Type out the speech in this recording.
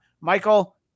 Michael